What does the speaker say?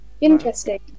Interesting